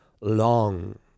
long